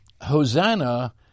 hosanna